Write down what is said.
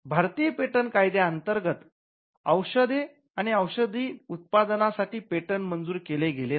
भारतीय पेटंट कायद्या अंतर्गत औषधे आणि औषधी उत्पादनांसाठी पेटंट मंजूर केले गेले नाही